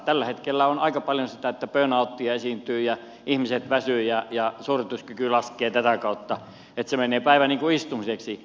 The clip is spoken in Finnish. tällä hetkellä on aika paljon sitä että burn outia esiintyy ja ihmiset väsyvät ja suorituskyky laskee tätä kautta että menee päivä niin kuin istumiseksi